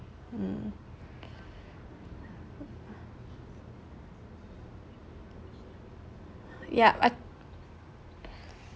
mm yeah I